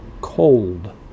cold